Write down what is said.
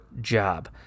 job